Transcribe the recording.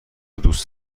دوست